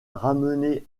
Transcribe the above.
ramené